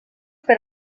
per